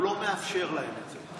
הוא לא מאפשר להם את זה.